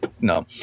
no